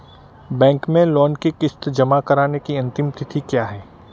Bank में loan की किश्त जमा कराने की अंतिम तिथि क्या है?